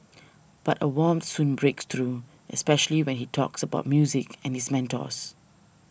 but a warmth soon breaks through especially when he talks about music and his mentors